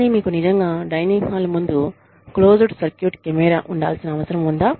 కానీ మీకు నిజంగా డైనింగ్ హాల్ ముందు క్లోజ్డ్ సర్క్యూట్ కెమెరా ఉండాల్సిన అవసరం ఉందా